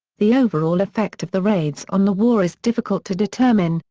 the overall effect of the raids on the war is difficult to determine,